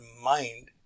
mind